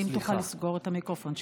אם תוכל לסגור את המיקרופון שלך.